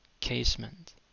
Casement